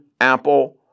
Apple